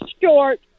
short